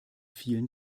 vielen